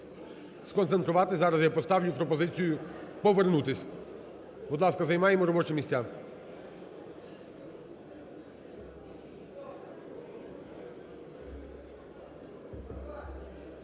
сконцентруватись, зараз я поставлю пропозицію повернутись, будь ласка, займаємо робочі місця.